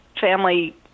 family